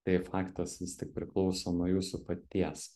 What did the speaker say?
tai faktas vis tik priklauso nuo jūsų paties